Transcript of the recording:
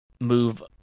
move